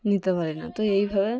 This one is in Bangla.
নিতে পারি না তো এইভাবে